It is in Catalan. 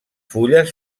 fulles